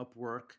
Upwork